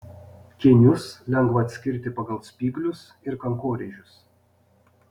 kėnius lengva atskirti pagal spyglius ir kankorėžius